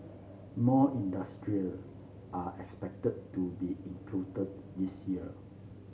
more industries are expected to be included this year